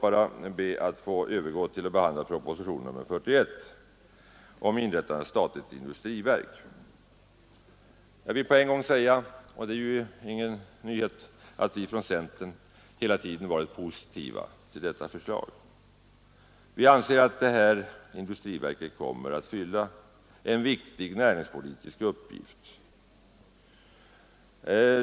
Jag ber att få övergå till propositionen 41 om inrättande av ett statligt industriverk. Jag vill på en gång säga — och det är ju ingen nyhet — att vi från centern hela tiden varit positiva till detta förslag. Vi anser att industriverket kommer att ha en viktig uppgift.